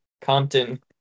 Compton